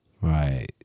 Right